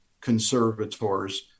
conservators